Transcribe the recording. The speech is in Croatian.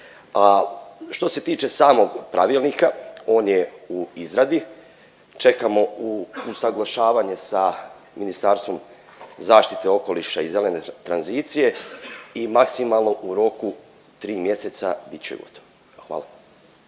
što se tiče samog pravilnika, on je u izradi, čekamo usaglašavanje sa Ministarstvom zaštite okoliša i zelene tranzicije i maksimalno u roku 3 mjeseca bit će gotov. Hvala.